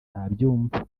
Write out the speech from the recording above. ntabyumva